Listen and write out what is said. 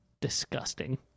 Disgusting